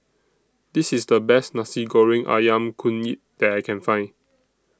This IS The Best Nasi Goreng Ayam Kunyit that I Can Find